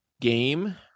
game